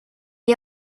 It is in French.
est